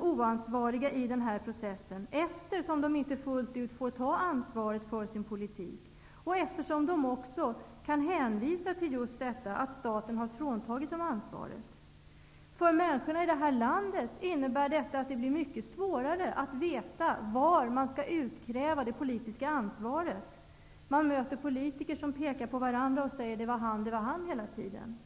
oansvariga i den här processen, eftersom de inte fullt ut får ta ansvaret för sin politik och eftersom de också kan hänvisa till att staten har fråntagit dem ansvaret. I det här landet innebär det att det blir mycket svårare att veta var man skall utkräva det politiska ansvaret. Man möter politiker som hela tiden pekar på varandra och säger: Det var han.